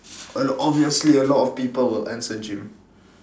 a l~ obviously a lot of people will answer gym